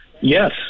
yes